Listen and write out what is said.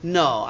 no